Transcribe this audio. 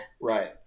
Right